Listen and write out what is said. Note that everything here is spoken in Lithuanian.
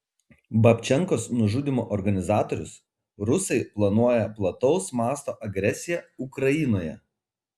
babčenkos nužudymo organizatorius rusai planuoja plataus masto agresiją ukrainoje